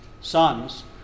sons